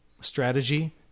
strategy